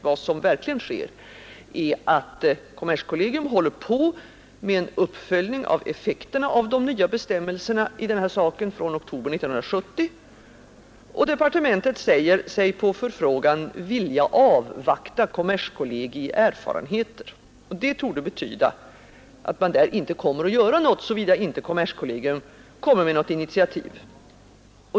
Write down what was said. Vad som verkligen sker är att kommerskollegium håller på med en uppföljning av effekterna av de nya bestämmelserna, som trädde i kraft i oktober 1970, och departementet säger sig på förfrågan vilja avvakta kommerskollegii erfarenheter. Det torde betyda att man där inte kommer att göra någonting, såvida inte kommerskollegium tar något initiativ.